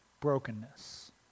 brokenness